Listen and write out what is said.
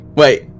wait